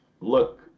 look